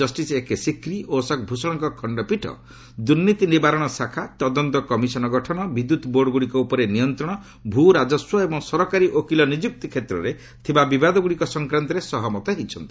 justice A K Sikri ଓ ଅଶୋକ ଭୂଷଣଙ୍କ ଖଣ୍ଡପୀଠ ଦୁର୍ନୀତି ନିବାରଣ ଶାଖା ତଦନ୍ତ କମିଶନ ଗଠନ ବିଦ୍ୟୁତ୍ ବୋର୍ଡଗୁଡ଼ିକ ଉପରେ ନିୟନ୍ତ୍ରଣ ଭୂ ରାଜସ୍ୱ ଏବଂ ସରକାରୀ ଓକିଲ ନିଯୁକ୍ତି କ୍ଷେତ୍ରରେ ଥିବା ବିବାଦଗୁଡ଼ିକ ସଂକ୍ରାନ୍ତରେ ସହମତ ହୋଇଛନ୍ତି